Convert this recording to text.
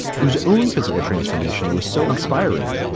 whose own physical transformation was so inspiring.